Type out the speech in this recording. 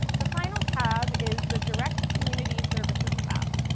the final tab is the direct community services tab.